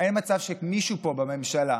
שמישהו פה בממשלה,